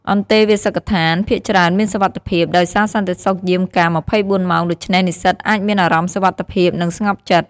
អន្តេវាសិកដ្ឋានភាគច្រើនមានសុវត្ថិភាព ដោយសារសន្តិសុខយាមកាម ២៤ ម៉ោង ដូច្នេះនិស្សិតអាចមានអារម្មណ៍សុវត្ថិភាព និងស្ងប់ចិត្ត។